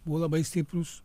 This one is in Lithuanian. buvo labai stiprūs